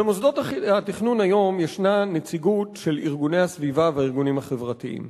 במוסדות התכנון היום יש נציגות של ארגוני הסביבה והארגונים החברתיים.